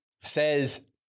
says